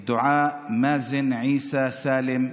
לגברת דועאא מאזן עיסא סאלם,